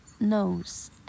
knows